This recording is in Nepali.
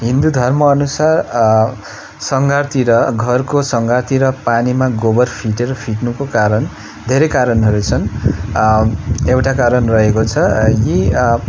हिन्दू धर्मअनुसार सङ्घारतिर घरको सङ्घारतिर पानीमा गोबर फिटेर फिट्नुको कारण धेरै कारणहरू छन् एउटा कारण रहेको छ यी